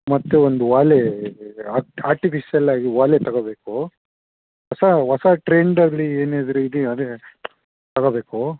ಮತ್ತು ಒಂದು ಓಲೆ ಆರ್ಟಿಫಿಷಿಯಲ್ಲಾಗಿ ಓಲೆ ತಗೋಬೇಕು ಹೊಸ ಹೊಸ ಟ್ರೆಂಡಲ್ಲಿ ಎನಾದರು ಇದೆಯಾ ಅಂದರೆ ತಗೋಬೇಕು